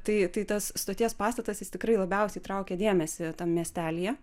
tai tai tas stoties pastatas jis tikrai labiausiai traukia dėmesį tam miestelyje